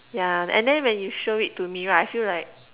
yeah and then when you show it to me right I feel like